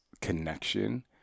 connection